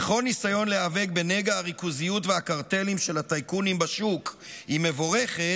וכל ניסיון להיאבק בנגע הריכוזיות והקרטלים של הטייקונים בשוק מבורך,